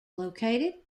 located